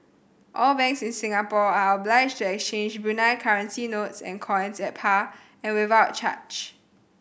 all banks in Singapore are obliged to exchange Brunei currency notes and coins at par and without charge